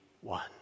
one